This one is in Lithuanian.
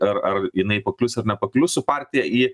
ar ar jinai paklius ar nepaklius su partija į